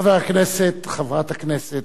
חבר הכנסת, חברת הכנסת,